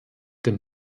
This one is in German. dem